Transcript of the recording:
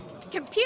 Computer